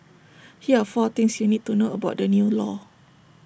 here are four things you need to know about the new law